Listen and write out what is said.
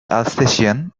alsatian